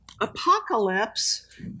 Apocalypse